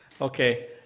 okay